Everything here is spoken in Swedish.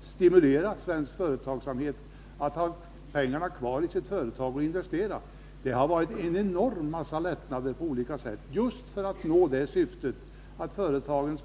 stimulera svensk företagsamhet att behålla pengarna i företaget för investeringar. Vi har gett dem ett enormt antal lättnader på olika sätt just i det syftet.